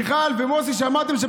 מיכל ומוסי, שמעתם?